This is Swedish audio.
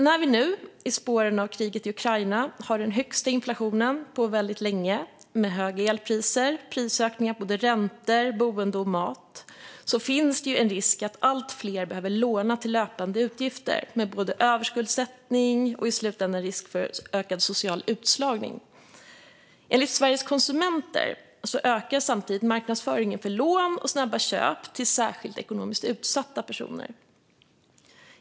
När vi nu, i spåren av kriget i Ukraina, har den högsta inflationen på länge, med höga elpriser och prisökningar på både räntor, boende och mat, finns det en risk att allt fler behöver låna till löpande utgifter, med både överskuldsättning och i slutändan risk för ökad social utslagning som följd. Enligt Sveriges Konsumenter ökar samtidigt marknadsföringen för lån och snabba köp till ekonomiskt särskilt utsatta personer.